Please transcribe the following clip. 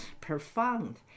profound